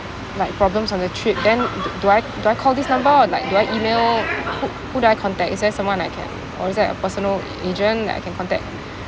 like problems on the trip then d~ do I do I call this number or like do I email wh~ who do I contact is there someone I can or is there a personal agent that I can contact